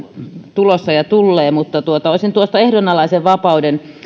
tulossa ja niitä tullee mutta olisin tuosta ehdonalaisen vapauden